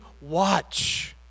watch